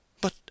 But